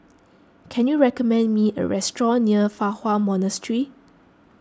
can you recommend me a restaurant near Fa Hua Monastery